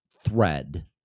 Thread